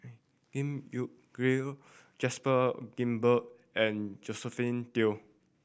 Giam Yean Gerald Joseph Grimberg and Josephine Teo